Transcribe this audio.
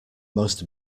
most